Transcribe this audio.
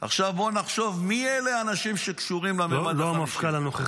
עכשיו בואו נחשוב מי אלה האנשים שקשורים לממד החמישי.